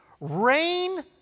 rain